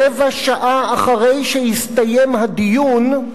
רבע שעה אחרי שהסתיים הדיון,